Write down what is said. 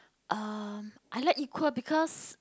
um I like equal because